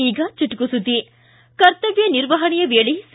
ಈಗ ಚುಟುಕು ಸುದ್ದಿ ಕರ್ತವ್ಯ ನಿರ್ವಹಣೆಯ ವೇಳೆ ಸಿ